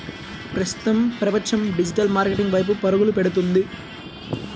ప్రస్తుతం ప్రపంచం digital marketing వైపు పరుగులు పెడుతుంది